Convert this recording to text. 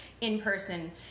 in-person